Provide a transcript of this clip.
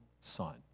son